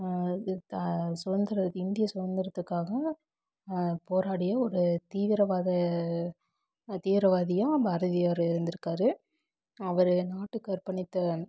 இது சுதந்திர இந்திய சுதந்திரத்துக்காகவும் போராடிய ஒரு தீவிரவாதம் தீவிரவாதியாக பாரதியார் இருந்திருக்காரு அவர் நாட்டுக்கு அர்ப்பணித்த